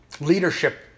leadership